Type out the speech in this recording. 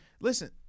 Listen